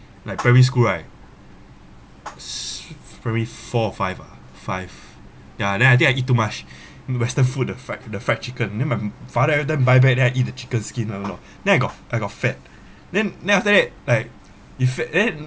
like primary school right s~ primary four or five uh five ya and then I think I eat too much western food the fried the fried chicken then my father every time buy back then I eat the chicken skin I don't know then I got I got fat then then after that like if fa~ then